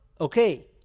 okay